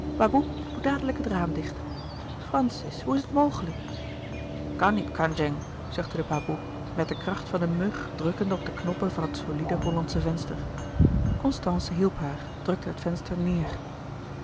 doe dadelijk het raam dicht francis hoe is het mogelijk kan niet kandjeng zuchtte de baboe met de kracht van een mug drukkende op de knoppen van het solide hollandsche venster constance hielp haar drukte het venster neér